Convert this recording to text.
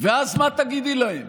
ואז, מה תגידי להם?